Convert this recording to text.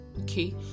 Okay